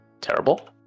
Terrible